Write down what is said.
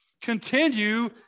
Continue